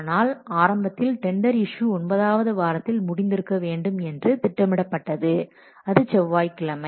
ஆனால் ஆரம்பத்தில் tender issue ஒன்பதாவது வாரத்தில் முடிந்திருக்க வேண்டும் என்று திட்டமிடப்பட்டது அது செவ்வாய்க்கிழமை